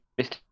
Mr